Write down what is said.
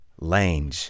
Lange